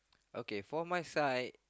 okay for my side